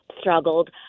struggled